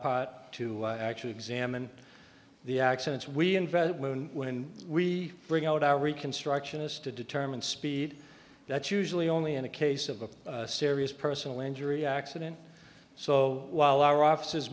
part to actually examine the accidents we invented loon when we bring out our reconstructionist to determine speed that's usually only in the case of a serious personal injury accident so while our offices